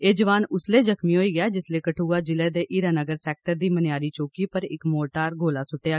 एह् जुआन उसलै जख्मी होआ जिसलै कठुआ ज़िले दे हीरानगर सेक्टर दी मनयारी चौकी पर इक मोर्टार गोला फट्टेआ